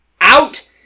out